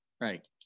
Right